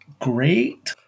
Great